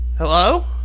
Hello